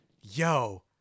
Yo